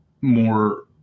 more